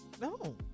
No